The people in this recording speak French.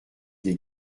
des